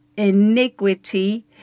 iniquity